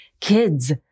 kids